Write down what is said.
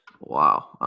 Wow